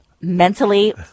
mentally